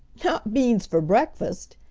not beans fer breakfast,